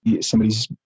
somebody's